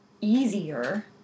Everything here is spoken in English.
easier